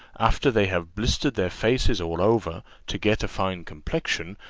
after they have blistered their faces all over, to get a fine complexion,